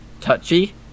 touchy